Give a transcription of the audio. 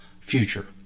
future